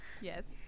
Yes